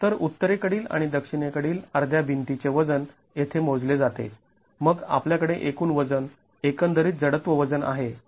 तर उत्तरेकडील आणि दक्षिणेकडील अर्ध्या भिंतीचे वजन येथे मोजले जाते मग आपल्याकडे एकूण वजन एकंदरीत जडत्व वजन आहे